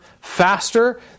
faster